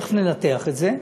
תכף ננתח את זה,